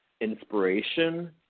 inspiration